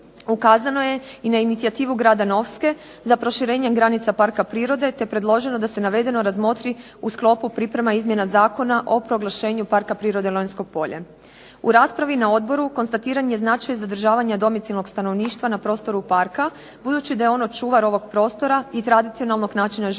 Ukazano je i na inicijativu grada Novske za proširenjem granica parka prirode, te je predloženo da se navedeno razmotri u sklopu priprema izmjena Zakona o proglašenju parka prirode Lonjsko polje. U raspravi na odboru konstatiran je značaj zadržavanja domicijelnog stanovništva na prostoru parka, budući da je ono čuvar ovog prostora i tradicionalnog načina života.